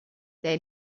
they